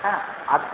হ্যাঁ আর